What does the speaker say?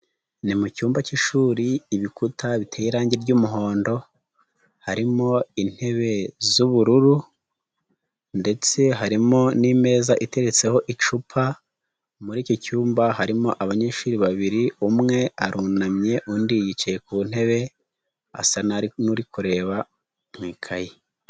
Ni mu cyumba cy'ishuri ibikuta bi bite irangi ry'umuhondo, harimo intebe z'ubururu ndetse harimo n'imeza iteretseho icupa, muri iki cyumba harimo abanyeshuri babiri umwe arunamye undi yicaye ku ntebe, asa n'uri kureba mu ikayi.